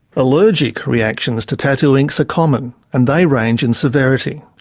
allergic reactions to tattoo inks are common, and they range in severity.